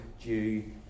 due